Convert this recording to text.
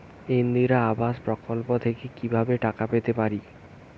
ইন্দিরা আবাস প্রকল্প থেকে কি ভাবে টাকা পেতে পারি?